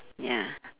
ya